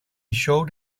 showed